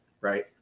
right